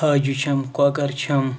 ژھایٚجہِ چھَم کۄکَر چھم